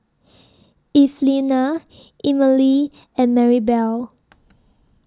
Evelena Emely and Maribel